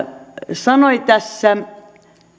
sanoi tässä